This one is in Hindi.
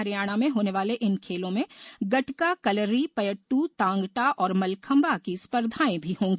हरियाणा में होने वाले इन खेलों में गटका कलरी पयद्व तांग टा और मलखम्बा की स्पर्धाएं भी होंगी